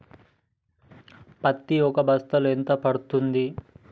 పత్తి ఒక బస్తాలో ఎంత పడ్తుంది?